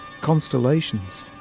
constellations